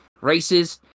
races